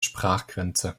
sprachgrenze